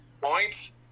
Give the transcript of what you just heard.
points